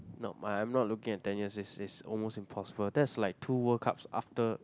nope but I am not looking at ten years it's it's almost impossible that's like two World Cups after